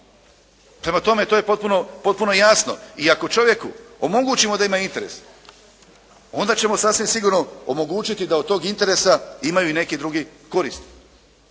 Prema tome, to je potpuno jasno i ako čovjeku omogućimo da ima interes onda ćemo sasvim sigurno omogućiti da od tog interesa imaju i neki drugi koristi.